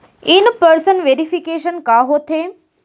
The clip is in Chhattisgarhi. इन पर्सन वेरिफिकेशन का होथे?